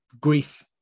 grief